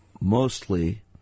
mostly